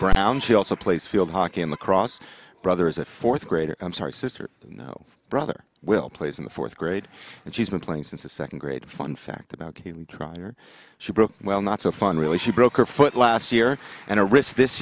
brown she also plays field hockey and lacrosse brothers a fourth grader i'm sorry sister no brother will plays in the fourth grade and she's been playing since the second grade fun fact about drawing her she broke well not so fun really she broke her foot last year and a risk this